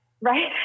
Right